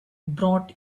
brought